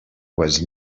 was